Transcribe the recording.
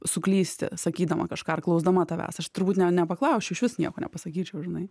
suklysti sakydama kažką ar klausdama tavęs aš turbūt ne nepaklausčiau išvis nieko nepasakyčiau žinai